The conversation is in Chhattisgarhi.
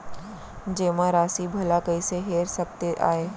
जेमा राशि भला कइसे हेर सकते आय?